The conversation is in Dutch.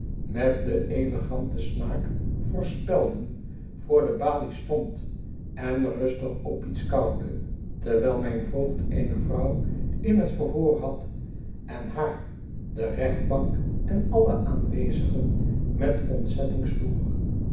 met den eleganten smaak voor spelden voor de balie stond en rustig op iets kauwde terwijl mijn voogd eene vrouw in het verhoor had en haar de rechtbank en alle aanwezigen met ontzetting sloeg